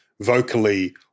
vocally